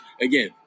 again